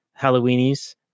Halloweenies